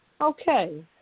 Okay